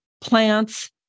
plants